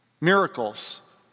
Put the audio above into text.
miracles